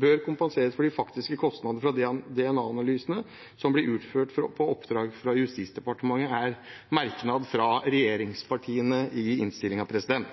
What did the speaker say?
bør kompenseres for de faktiske kostnadene for DNA-analysene som blir utført på oppdrag fra Justisdepartementet, er en merknad fra regjeringspartiene i innstillingen.